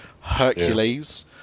Hercules